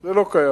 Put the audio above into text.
זה לא קיים.